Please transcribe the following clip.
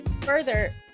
further